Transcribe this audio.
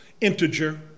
integer